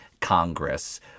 Congress